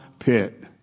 Pit